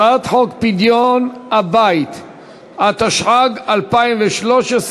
הצעת חוק פדיון הבית, התשע"ג 2013,